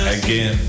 again